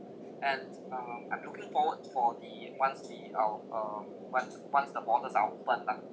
and um I'm looking forward for the once the all of uh when once the borders are open lah